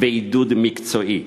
ועידוד מקצועי.